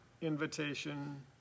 invitation